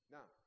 Now